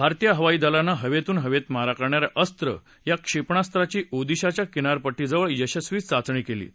भारतीय हवाई दलानं हवेतून हवेत मारा करणाऱ्या अस्त्र या क्षेपणास्त्राची ओदिशाच्या किनारपट्टीजवळ यशस्वी चाचणी केली आहे